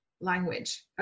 language